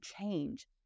change